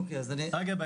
אגב,